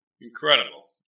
Incredible